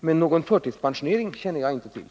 Men någon förtidspensionering känner jag inte till.